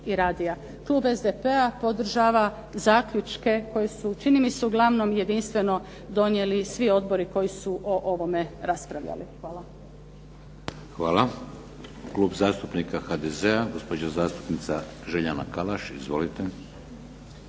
Klub SDP-a podržava zaključke koji su čini mi se uglavnom jedinstveno donijeli svi odbori koji su o ovome raspravljali. Hvala. **Šeks, Vladimir (HDZ)** Hvala. Klub zastupnika HDZ-a, gospođa zastupnica Željana Kalaš. Izvolite.